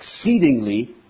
exceedingly